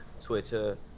Twitter